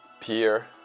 peer